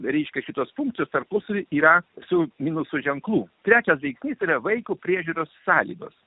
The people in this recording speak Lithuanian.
ryškiu šituos punktus tarpusavyje yra su minuso ženklu preke laikysena vaiko priežiūros sąlygas